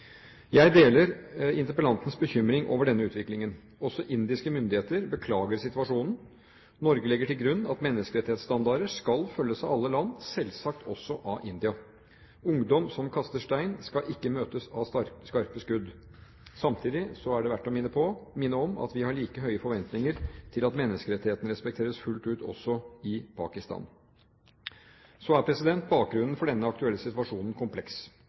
Jeg deler interpellantens bekymring over denne utviklingen. Også indiske myndigheter beklager situasjonen. Norge legger til grunn at menneskerettighetsstandarder skal følges av alle land, selvsagt også av India. Ungdom som kaster stein, skal ikke møtes av skarpe skudd. Samtidig er det verdt å minne om at vi har like høye forventninger til at menneskerettighetene respekteres fullt ut også i Pakistan. Bakgrunnen for denne aktuelle situasjonen er kompleks: